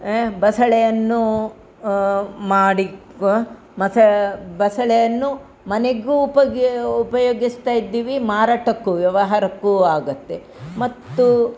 ಆಂ ಬಸಳೆಯನ್ನು ಮಾಡಿ ಬಸಳೆಯನ್ನು ಮನೆಗೂ ಉಪಗ್ಯೊ ಉಪಯೋಗಿಸ್ತಾ ಇದ್ದೀವಿ ಮಾರಾಟಕ್ಕೂ ವ್ಯವಹಾರಕ್ಕೂ ಆಗುತ್ತೆ ಮತ್ತು